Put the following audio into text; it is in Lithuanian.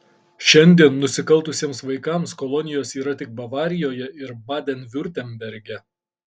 šiandien nusikaltusiems vaikams kolonijos yra tik bavarijoje ir baden viurtemberge